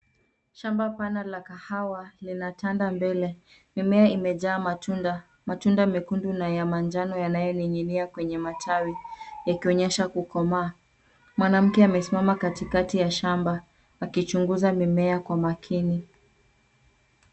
Shamba pana la kahawa linatanda mbele. Mimea imejaa matunda, matunda mekundu na ya manjano yanayoning'inia kwenye matawi, yakionyesha kukomaa. Mwanamke amesimama katikati ya shamba, akichunguza mimea kwa makini.